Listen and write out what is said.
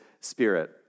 Spirit